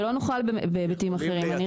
שלא נוכל בהיבטים אחרים.